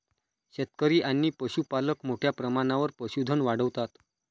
शेतकरी आणि पशुपालक मोठ्या प्रमाणावर पशुधन वाढवतात